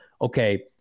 okay